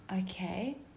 Okay